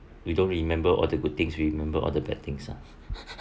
we don't remember all the good things we remember all the bad things ah